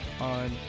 on